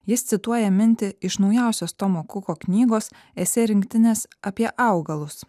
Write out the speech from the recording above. jis cituoja mintį iš naujausios tomo kuko knygos esė rinktinės apie augalus